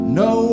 no